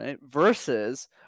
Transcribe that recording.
versus